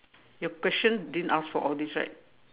your question didn't ask for all this right